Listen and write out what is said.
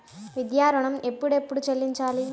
విద్యా ఋణం ఎప్పుడెప్పుడు చెల్లించాలి?